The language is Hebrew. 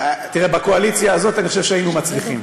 תראה, בקואליציה הזאת אני חושב שהיינו מצליחים.